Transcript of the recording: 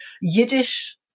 Yiddish